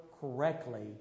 correctly